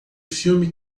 filme